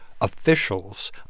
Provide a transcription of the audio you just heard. officials